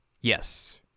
yes